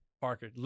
Parker